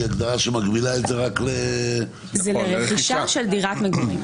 הגדרה שמגבילה רק --- זה לרכישה של דירת מגורים.